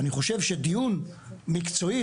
ואני חושב שדיון מקצועי,